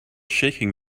shaking